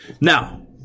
Now